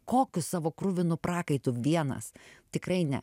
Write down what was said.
kokiu savo kruvinu prakaitu vienas tikrai ne